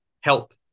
help